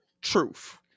truth